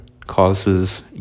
Causes